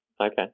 Okay